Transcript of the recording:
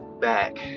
back